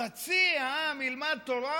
חצי העם ילמד תורה